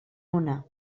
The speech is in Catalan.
una